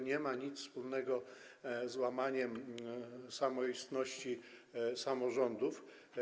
Nie ma to nic wspólnego z łamaniem samoistności samorządów.